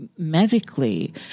medically